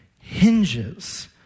hinges